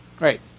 right